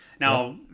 Now